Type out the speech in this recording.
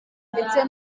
ndetse